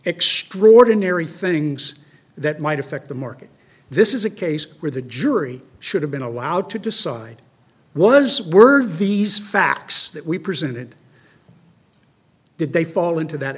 extraordinary things that might affect the market this is a case where the jury should have been allowed to decide once were ves facts that we presented did they fall into that